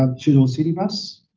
um two-door city bus,